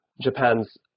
Japan's